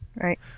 Right